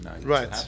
Right